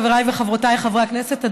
חבריי וחברותיי חברי הכנסת,